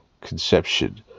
conception